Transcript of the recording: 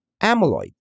amyloid